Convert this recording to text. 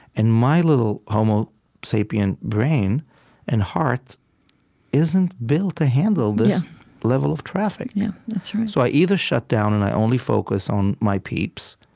and my little homo sapiens brain and heart isn't built to handle this level of traffic yeah, that's right so i either shut down, and i only focus on my peeps,